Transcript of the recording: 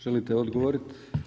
Želite odgovorit?